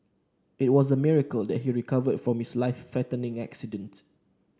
it was a miracle that he recovered from his life threatening accident